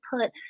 put